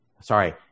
sorry